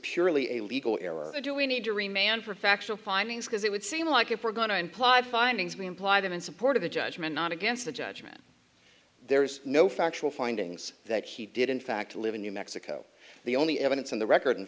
purely a legal error or do we need to remain for factual findings because it would seem like if we're going to imply findings we imply them in support of the judgment not against the judgment there's no factual findings that he did in fact live in new mexico the only evidence on the record in